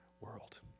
world